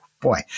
Boy